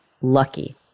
lucky